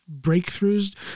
breakthroughs